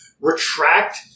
retract